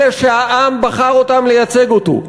אלה שהעם בחר אותם לייצג אותו.